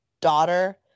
daughter